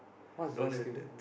what's the skill